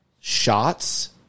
shots